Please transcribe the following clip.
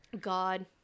God